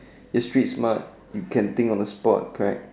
it's street smart you can think on the spot correct